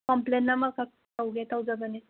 complain ꯑꯃꯈꯛ ꯇꯧꯒꯦ ꯇꯧꯖꯕꯅꯤ